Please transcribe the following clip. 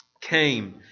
came